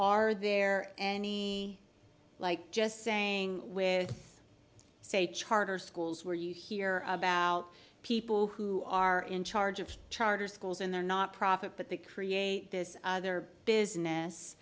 are there any like just saying with say charter schools where you hear about people who are in charge of charter schools and they're not profit but they create this other business